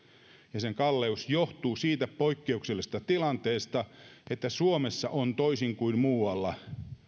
ja sen kalleus johtuu siitä poikkeuksellisesta tilanteesta että suomessa on toisin kuin muualla